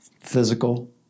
physical